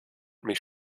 mich